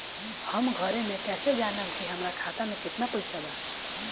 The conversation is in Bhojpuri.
हम घरे से कैसे जानम की हमरा खाता मे केतना पैसा बा?